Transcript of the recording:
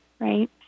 right